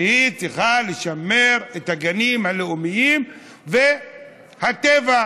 שצריכה לשמר את הגנים הלאומיים והטבע,